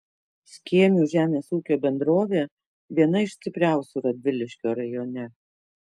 skėmių žemės ūkio bendrovė viena iš stipriausių radviliškio rajone